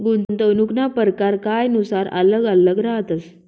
गुंतवणूकना परकार कायनुसार आल्लग आल्लग रहातस